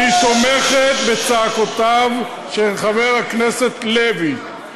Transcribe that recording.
והיא תומכת בצעקותיו של חבר הכנסת לוי,